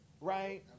Right